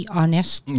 honest